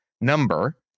number